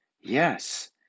Yes